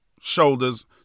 shoulders